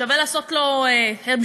שווה לעשות לו המשך.